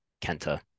Kenta